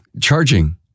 Charging